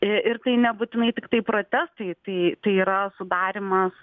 ir tai nebūtinai tiktai protestai tai tai yra sudarymas